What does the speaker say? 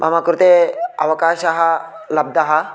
मम कृते अवकाशः लब्धः